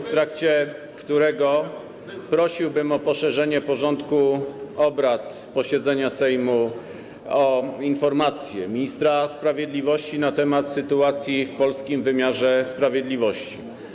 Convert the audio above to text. w trakcie którego prosiłbym o poszerzenie porządku obrad posiedzenia Sejmu o informację ministra sprawiedliwości na temat sytuacji w polskim wymiarze sprawiedliwości.